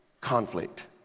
conflict